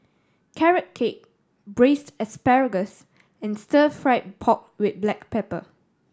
Carrot Cake Braised Asparagus and Stir Fried Pork With Black Pepper